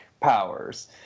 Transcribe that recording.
powers